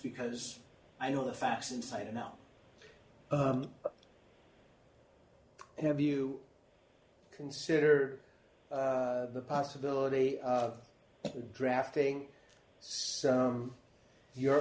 because i know the facts inside and out and have you consider the possibility of drafting some your